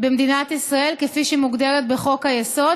במדינת ישראל כפי שהיא מוגדרת בחוק-היסוד